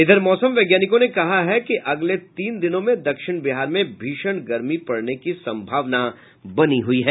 इधर मौसम वैज्ञानिकों ने कहा अगले तीन दिनों में दक्षिण बिहार में भीषण गर्मी पड़ने की संभावना जतायी है